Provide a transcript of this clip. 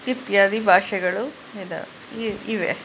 ಇತ್ಯಾದಿ ಭಾಷೆಗಳು ಇದಾವೆ ಇವೆ